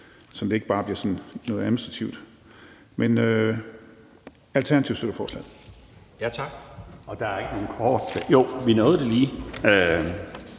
så det ikke bare bliver sådan noget administrativt. Men Alternativet støtter forslaget.